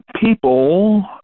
people